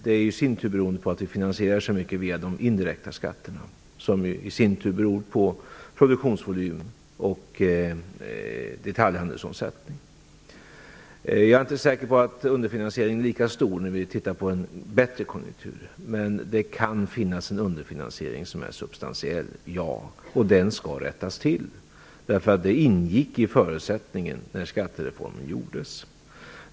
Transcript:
Det beror på att det är så mycket som finansieras med de indirekta skatterna, vilka i sin tur är beroende av produktionsvolymen och detaljhandelsomsättningen. Jag är inte säker på att underfinansieringen är lika stor om man jämför med bättre konjunkturer. Men det kan finnas en underfinansiering som är substantiell, ja, och den skall rättas till. Det ingick i förutsättningarna när skattereformen genomfördes.